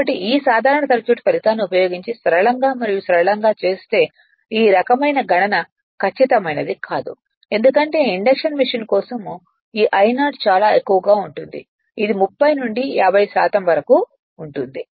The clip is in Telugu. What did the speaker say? కాబట్టి ఈ సాధారణ సర్క్యూట్ ఫలితాన్ని ఉపయోగించి సరళంగా మరియు సరళంగా చేస్తే ఈ రకమైన గణన ఖచ్చితమైనది కాదు ఎందుకంటే ఇండక్షన్ మెషీన్ కోసం ఈ I0 చాలా ఎక్కువగా ఉంటుంది ఇది 30 నుండి 50 వరకు ఉంటుంది